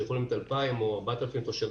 שזה יכול להיות 2,000 או 4,000 תושבים,